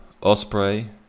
Osprey